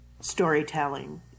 storytelling